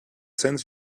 sends